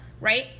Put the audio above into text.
right